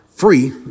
free